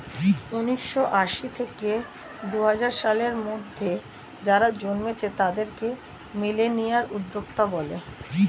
উন্নিশো আশি থেকে দুহাজার সালের মধ্যে যারা জন্মেছে তাদেরকে মিলেনিয়াল উদ্যোক্তা বলে